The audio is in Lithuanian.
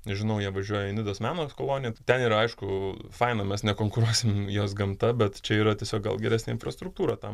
nežinau jie važiuoja į nidos meno koloniją tai ten yra aišku faina mes nekonkuruosim jos gamta bet čia yra tiesiog gal geresnė infrastruktūra tam